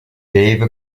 dave